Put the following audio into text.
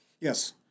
Yes